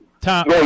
Tom